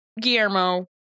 Guillermo